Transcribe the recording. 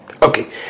Okay